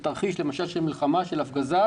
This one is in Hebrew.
למשל בתרחיש של מלחמה או הפגזה,